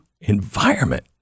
Environment